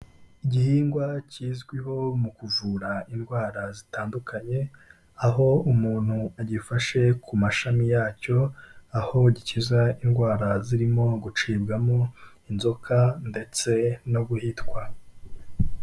Igihingwa kizwiho mu kuvura indwara zitandukanye, aho umuntu agifashe ku mashami yacyo, aho gikiza indwara zirimo gucibwamo, inzoka ndetse no guhitwa.